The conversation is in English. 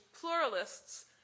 pluralists